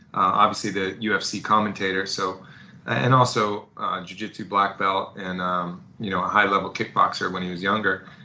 obviously the ufc commentator so and also a jujitsu black belt and you know a high level kickboxer when he was younger,